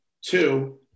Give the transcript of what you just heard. Two